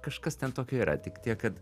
kažkas ten tokio yra tik tiek kad